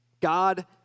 God